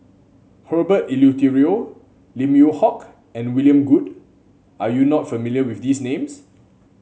Herbert Eleuterio Lim Yew Hock and William Goode are you not familiar with these names